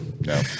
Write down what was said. No